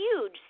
huge